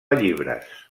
llibres